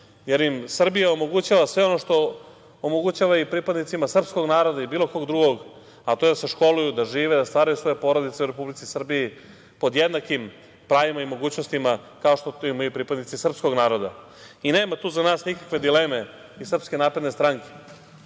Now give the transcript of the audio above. jer im Srbija omogućava sve ono što omogućava i pripadnicima srpskog naroda i bilo kog drugog, a to je da se školuju, da žive, da stvaraju svoje porodice u Republici Srbiji pod jednakim pravima i mogućnostima kao što to imaju i pripadnici srpskog naroda. Nema tu za nas nikakve dileme iz SNS, mi jesmo za